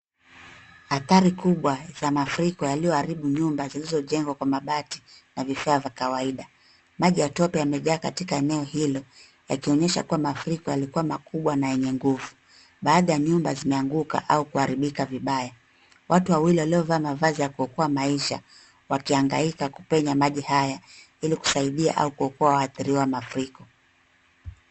Hatari kubwa za mafuriko yaliyoharibu nyumba zilizojengwa kwa mabati na vifaa vya kawaida ,maji ya tope yamejaa katika eneo hilo yakionyesha kwamba mafuriko yalikuwa makubwa na yenye nguvu, baadhi ya nyumba zimeanguka au kuharibika vibaya watu wawili waliovaa mavazi ya kuokoa maisha wakiangaika kupenya maji haya ili kusaidia au kuokoa waathiriwa wa mafuriko.